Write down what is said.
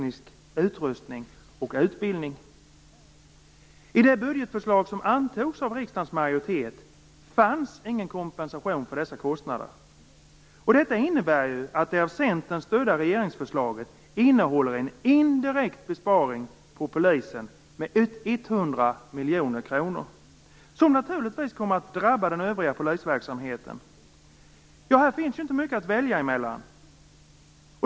I det budgetförslag som antogs av riksdagens majoritet fanns ingen kompensation för dessa kostnader. Detta innebär att det av Centern stödda regeringsförslaget innehåller en indirekt besparing på polisen med 100 miljoner kronor, som naturligtvis kommer att drabba den övriga polisverksamheten. Här finns inte mycket att välja emellan.